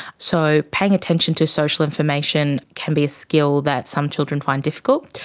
so paying attention to social information can be a skill that some children find difficult.